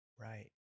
right